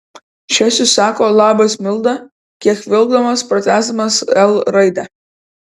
česius sako labas milda kiek vilkdamas patęsdamas l raidę